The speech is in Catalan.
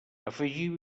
afegiu